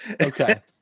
Okay